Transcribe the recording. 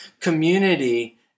community